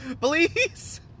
please